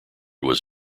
was